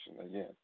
again